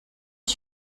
you